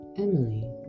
Emily